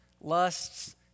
lusts